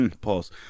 Pause